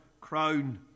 crown